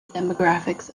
demographics